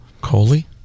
Coley